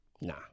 nah